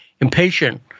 impatient